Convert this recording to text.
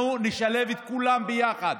אנחנו נשלב את כולן יחד,